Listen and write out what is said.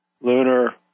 lunar